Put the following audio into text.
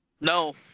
No